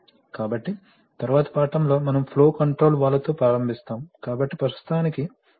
కాబట్టి తరువాతి పాఠంలో మనం ఫ్లో కంట్రోల్ వాల్వ్తో ప్రారంభిస్తాము కాబట్టి ప్రస్తుతానికి నేను దీనిని దాటవేస్తాను